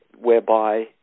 whereby